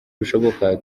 bishoboka